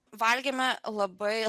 valgėme labai